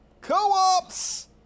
co-ops